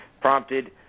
prompted